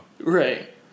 Right